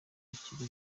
ikigo